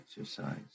exercise